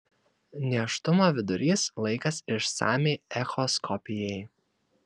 nėštumo vidurys laikas išsamiai echoskopijai